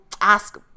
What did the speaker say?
ask